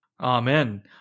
Amen